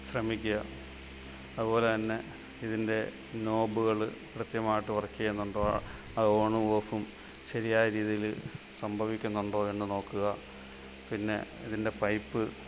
ശ്രമിക്കുക അതുപോലെതന്നെ ഇതിൻ്റെ നോബുകൾ കൃത്യമായിട്ട് വർക്ക് ചെയ്യുന്നുണ്ടോ അത് ഓണും ഓഫും ശരിയായ രീതിയിൽ സംഭവിക്കുന്നുണ്ടോ എന്ന് നോക്കുക പിന്നെ ഇതിൻ്റെ പൈപ്പ്